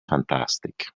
fantastic